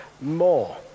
more